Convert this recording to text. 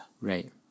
right